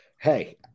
Hey